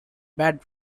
bad